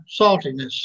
saltiness